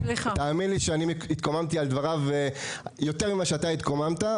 האמן לי שאני התקוממתי על דבריו יותר ממה שאתה התקוממת,